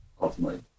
ultimately